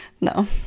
No